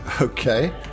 Okay